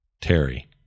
Terry